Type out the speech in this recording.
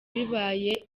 bibaye